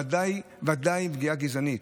ודאי פגיעה גזענית,